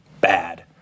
bad